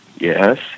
Yes